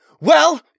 Well-